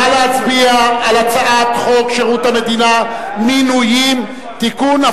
נא להצביע על הצעת חוק שירות המדינה (מינויים) (תיקון,